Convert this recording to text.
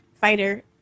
fighter